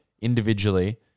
individually